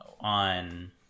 on